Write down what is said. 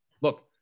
Look